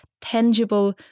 tangible